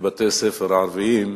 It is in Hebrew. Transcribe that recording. בבתי-הספר הערביים,